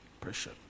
Pressure